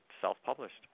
self-published